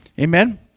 Amen